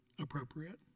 appropriate